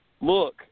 look